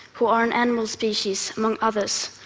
who are an animal species among others,